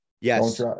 Yes